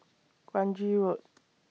Kranji Road